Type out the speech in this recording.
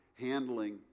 handling